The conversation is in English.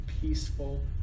peaceful